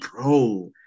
bro